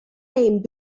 name